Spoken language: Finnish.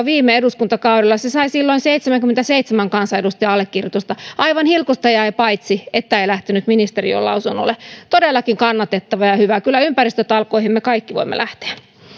viime eduskuntakaudella se sai silloin seitsemänkymmenenseitsemän kansanedustajan allekirjoituksen aivan hilkusta jäi paitsi että ei lähtenyt ministeriöön lausunnolle todellakin kannatettava ja ja hyvä kyllä ympäristötalkoisiin me kaikki voimme lähteä